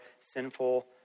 sinful